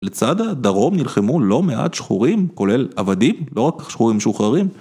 לצד הדרום נלחמו לא מעט שחורים, כולל עבדים, לא רק שחורים משוחררים.